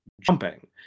jumping